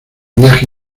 viaje